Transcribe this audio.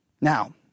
Now